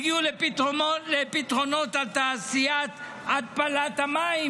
הגיעו לפתרונות על תעשיית התפלת המים,